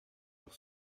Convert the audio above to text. pour